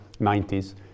90s